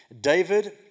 David